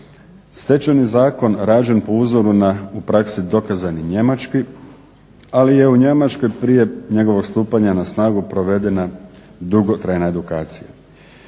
Stečajni zakon rađen po uzoru na u praksi dokazani njemački, ali je u Njemačkoj prije njegovog stupanja na snagu provedena dugotrajna edukacija.